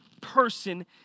person